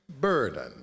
burden